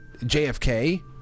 JFK